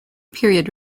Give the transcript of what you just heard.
period